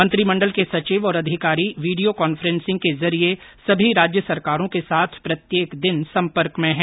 मंत्रिमंडल के सचिव और अधिकारी वीडियों कांफ्रेसिंग के जरिये सभी राज्य सरकारों के साथ प्रत्येक दिन संपर्क में है